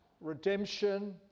redemption